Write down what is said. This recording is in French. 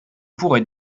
pourrait